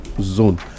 zone